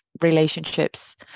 relationships